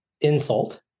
insult